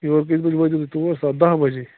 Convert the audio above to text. یور کٔژِ بجہِ وٲتِو تُہۍ تور دَہ بجے